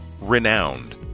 Renowned